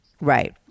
Right